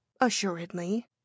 assuredly